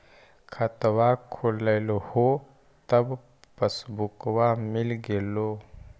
खतवा खोलैलहो तव पसबुकवा मिल गेलो?